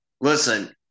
listen